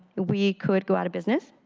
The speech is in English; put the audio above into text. we could go out of business.